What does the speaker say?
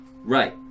Right